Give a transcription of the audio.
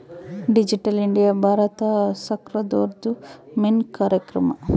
digital India Bharat ಸರ್ಕಾರ್ದೊರ್ದು main ಕಾರ್ಯಕ್ರಮ